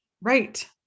Right